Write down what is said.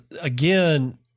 again